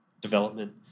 development